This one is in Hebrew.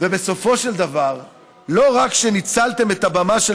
ובסופו של דבר לא רק שניצלתם את הבמה של